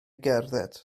gerdded